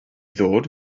ddod